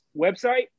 website